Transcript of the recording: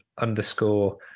underscore